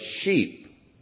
sheep